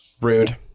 rude